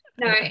No